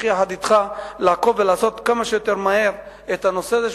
יחד אתך לעקוב ולעשות כמה שיותר מהר בנושא הזה,